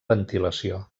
ventilació